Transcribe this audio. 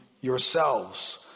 yourselves